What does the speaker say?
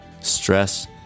stress